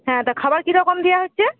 হ্যাঁ তা খাবার কীরকম দেওয়া হচ্ছে